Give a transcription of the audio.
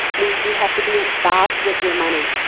means you have to be involved with your money.